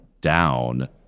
down